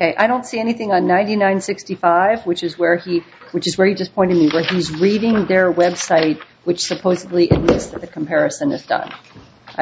and i don't see anything on ninety nine sixty five which is where he which is very disappointing but he's leading on their website which supposedly is the comparison of st